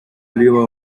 lleva